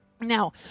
Now